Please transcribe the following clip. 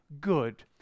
good